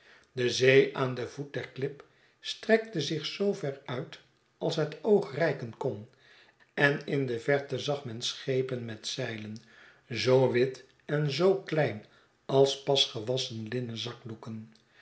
de zee aan den voet der klip strekte zich zoo ver uit als het oog reiken kon en in de verte zag men schepen met zeilen zoo wit en zoo klein als pas gewasschen